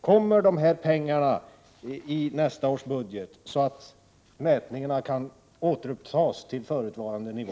Kommer dessa pengar att tas med i nästa års budget, så att mätningarna kan återupptas till förutvarande nivå?